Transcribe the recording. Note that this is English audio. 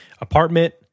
apartment